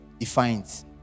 defines